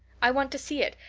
i want to see it,